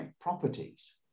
properties